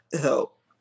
help